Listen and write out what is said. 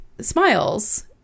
smiles